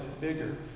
bigger